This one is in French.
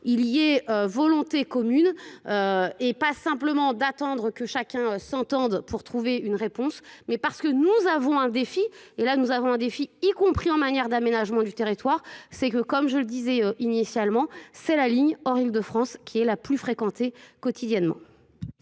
il y est volonté commune et pas simplement d'attendre que chacun s'entende pour trouver une réponse mais parce que nous avons un défi et nous avons un défi, y compris en matière d'aménagement du territoire. c'est C'est que, comme je le disais initialement, c'est la ligne hors île de France qui est la pluss fréquentée quotidiennement.